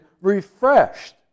refreshed